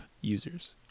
users